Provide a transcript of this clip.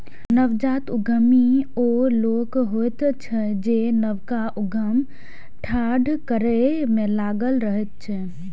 नवजात उद्यमी ओ लोक होइत अछि जे नवका उद्यम ठाढ़ करै मे लागल रहैत अछि